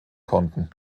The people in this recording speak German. konnten